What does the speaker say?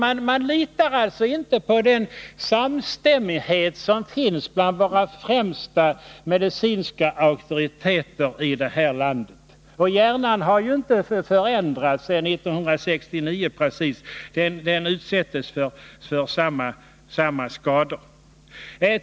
Utskottet litar alltså inte på den samstämmighet som finns bland landets främsta medicinska auktoriteter. Den mänskliga hjärnan har ju inte förändrats sedan 1969 precis, men den får utsättas för samma skador.